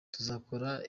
tuzakora